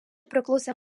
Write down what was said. priklausė